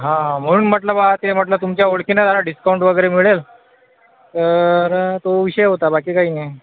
हां म्हणून म्हटलं बा ते म्हटलं तुमच्या ओळखीनं जरा डिस्काउंट वगैरे मिळेल तर तो विषय होता बाकी काही नाही